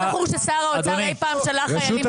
2.5 מיליון ₪ לנכות מסוימת.